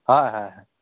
হয় হয় হয়